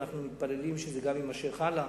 ואנחנו מתפללים שזה יימשך גם הלאה,